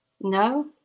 No